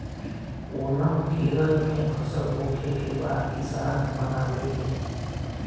ओनम केरल में फसल होखे के बाद किसान मनावेले